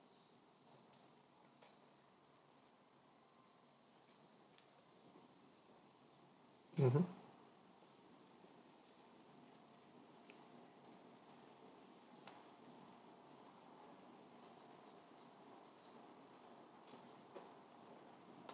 mmhmm